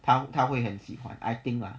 他他会很喜欢 I think ah